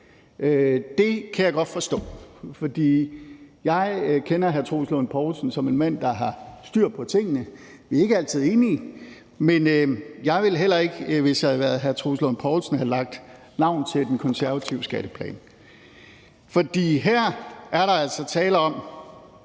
Det kan jeg godt forstå, for jeg kender hr. Troels Lund Poulsen som en mand, der har styr på tingene. Vi er ikke altid enige, men jeg ville heller ikke, hvis jeg var hr. Troels Lund Poulsen, have lagt navn til den konservative skatteplan. For her er der altså tale om